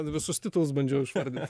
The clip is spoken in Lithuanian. visus titulus bandžiau išvardint